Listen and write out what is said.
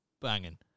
banging